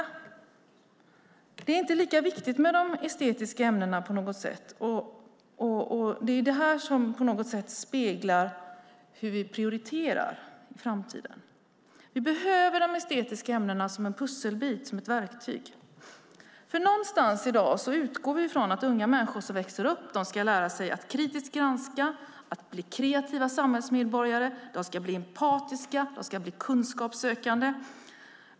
På något sätt är det inte lika viktigt med de estetiska ämnena. Detta speglar hur vi prioriterar för framtiden. Vi behöver de estetiska ämnena som en pusselbit, som ett verktyg. I dag utgår vi från att unga människor ska lära sig att kritiskt granska och bli kreativa samhällsmedborgare. De ska bli empatiska och kunskapssökande.